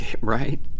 Right